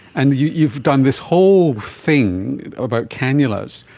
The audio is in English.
and you've you've done this whole thing about cannulas.